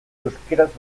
euskaraz